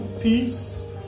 Peace